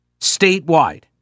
statewide